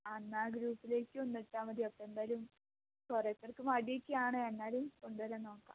ആ എന്ന ഗ്രൂപിലേക്കൊന്ന് ഇട്ടാൽ മതി അപ്പം എന്തായാലും കുറേ പേർക്ക് മടിയൊക്കെയാണ് എന്നാലും കൊണ്ടു വരാൻ നോക്കാം